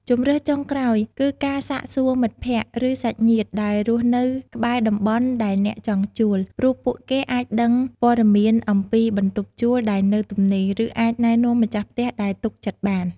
ជម្រើសចុងក្រោយ គឺការសាកសួរមិត្តភក្តិ ឬសាច់ញាតិដែលរស់នៅក្បែរតំបន់ដែលអ្នកចង់ជួល ព្រោះពួកគេអាចដឹងព័ត៌មានអំពីបន្ទប់ជួលដែលនៅទំនេរ ឬអាចណែនាំម្ចាស់ផ្ទះដែលទុកចិត្តបាន។